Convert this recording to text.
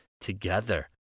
together